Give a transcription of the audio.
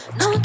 no